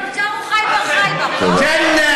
הוי נתניהו,